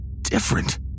Different